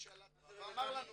לשאלת רב ואמר לנו